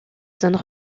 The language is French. zones